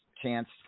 Chance